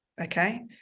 Okay